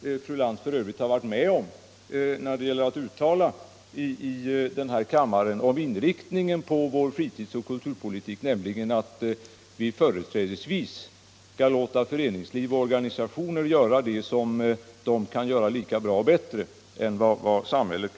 det uttalande som denna kammare gjort och som fru Lantz varit med om när det gäller inriktningen av vår fritidsoch kulturpolitik, nämligen att vi företrädesvis skall låta föreningsliv och organisationer göra vad de kan göra lika bra som eller bättre än samhället.